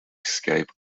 escape